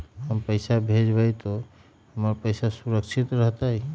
हम पैसा भेजबई तो हमर पैसा सुरक्षित रहतई?